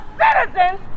citizens